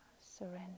surrender